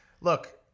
look